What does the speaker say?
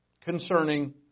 concerning